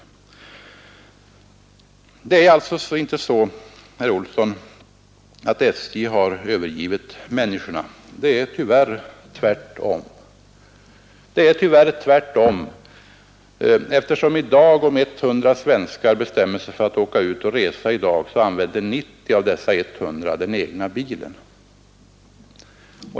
Det är alltså inte så, herr Olsson, att SJ har övergivit människorna. Det är tyvärr tvärtom, eftersom i dag om 100 svenskar bestämmer sig för att bege sig ut och resa så använder 90 av dessa 100 den egna bilen.